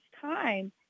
time